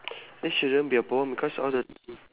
why shouldn't be a problem because all the